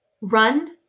run